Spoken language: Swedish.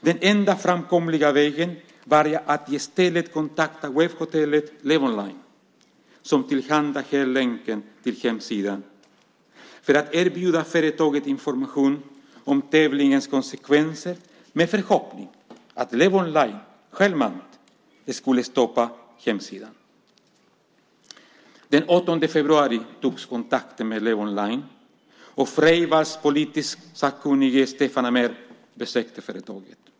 Den enda framkomliga vägen var att i stället kontakta webbhotellet Levonline, som tillhandahöll länken till hemsidan, för att erbjuda företaget information om tävlingens konsekvenser med förhoppning att Levonline självmant skulle stoppa hemsidan. Den 8 februari togs kontakten med Levonline, och Freivalds politiskt sakkunnige, Stefan Amér, besökte företaget.